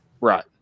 right